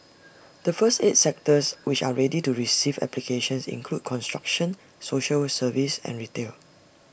the first eight sectors which are ready to receive applications include construction social services and retail